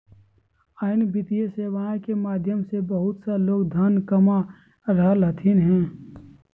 अन्य वित्तीय सेवाएं के माध्यम से बहुत सा लोग धन कमा रहलथिन हें